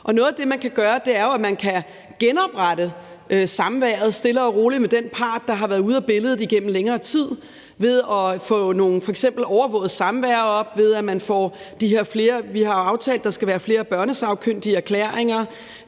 Noget af det, man kan gøre, er jo, at man kan genoprette samværet stille og roligt med den part, der har været ude af billedet igennem længere tid, ved at få nogle f.eks. overvågede samvær op, og ved at der, som vi har aftalt, er flere børnesagkyndige erklæringer,